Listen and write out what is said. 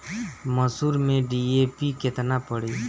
मसूर में डी.ए.पी केतना पड़ी?